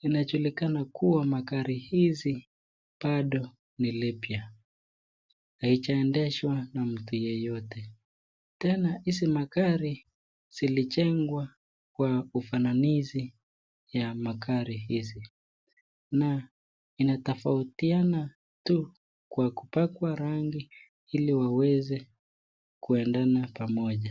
Inajulikana kuwa magari hizi bado ni lipya. Haijaendeshwa na mtu yeyote. Tena hizi magari zilijengwa kwa ufananizi ya magari hizi. Na inatofautiana tu kwa kupakwa rangi ili waweze kuendana pamoja.